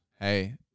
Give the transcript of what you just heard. hey